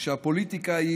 שהפוליטיקה היא